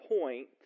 point